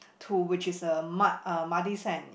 to which is a mud a muddy sand